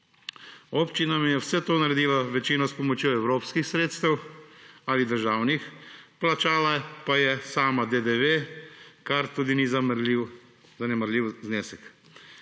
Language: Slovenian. Občina jim je vse to naredila, večino s pomočjo evropskih ali državnih sredstev, plačala pa je sama DDV, kar tudi ni zanemarljiv znesek.